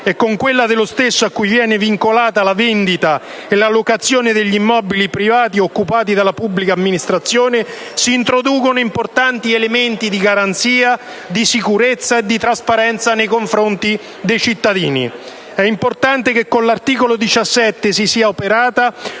e con quella dello stesso a cui viene vincolata le vendita e la locazione degli immobili privati occupati dalla pubblica amministrazione si introducono importanti elementi di garanzia, di sicurezza e di trasparenza nei confronti dei cittadini. È importante che con l'articolo 17 si sia operata